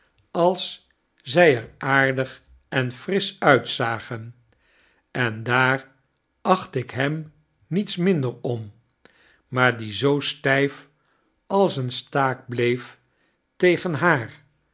als zy er aardig en frisch uitzagen en daar acht ik hem niets minder om maar die zoo styf als een staak bleef tegen haar